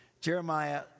Jeremiah